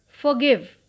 forgive